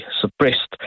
suppressed